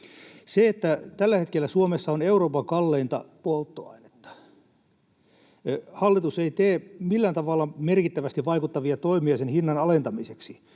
Tällä hetkellä Suomessa on Euroopan kalleinta polttoainetta. Hallitus ei tee millään tavalla merkittävästi vaikuttavia toimia sen hinnan alentamiseksi.